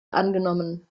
angenommen